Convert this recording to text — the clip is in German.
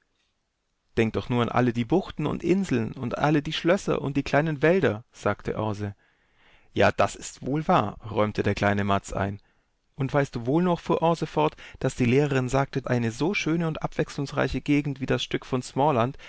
denk doch nur an alle die buchten und inseln und an alle die schlösser und die kleinen wälder sagte aase ja das ist wohl wahr räumte der kleine mads ein und weißt du wohl noch fuhr aase fort daßdielehrerinsagte einesoschöneundabwechslungsreichegegendwie das stück von